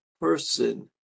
person